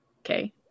okay